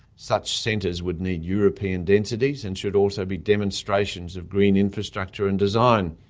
such centres would need european densities and should also be demonstrations of green infrastructure and design,